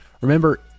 Remember